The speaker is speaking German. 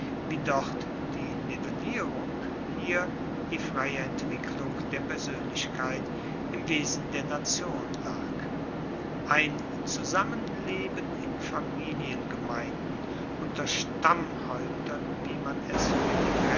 wie dort die nivellierung hier die freie entwicklung der persoenlichkeit im wesen der nation lag ein zusammenleben in familiengemeinden unter stammhaeuptern wie man es fuer